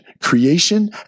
creation